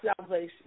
salvation